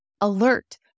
alert